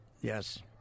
Yes